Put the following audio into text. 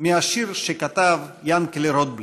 מהשיר שכתב יענקל'ה רוטבליט: